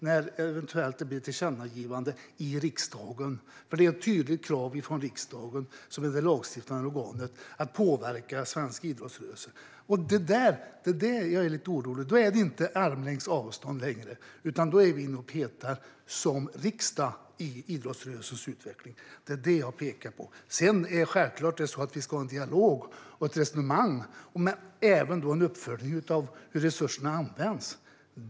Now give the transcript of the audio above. Om det eventuellt blir ett tillkännagivande från riksdagen är det ett tydligt krav från riksdagen, som är det lagstiftande organet, om att svensk idrottsrörelse ska påverkas. Det är det som jag vänder mig lite emot och är lite orolig för. Då är det inte längre armlängds avstånd, utan då är vi, riksdagen, inne och petar i idrottsrörelsens utveckling. Vi ska självklart ha en dialog och ett resonemang om samt en uppföljning av hur resurserna används.